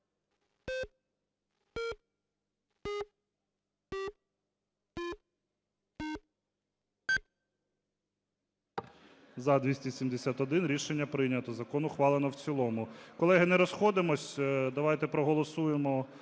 За-271 Рішення прийнято. Закон ухвалено в цілому. Колеги, не розходимось, давайте проголосуємо